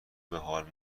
بحال